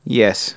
Yes